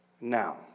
now